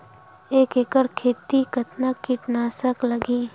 एक एकड़ खेती कतका किट नाशक लगही?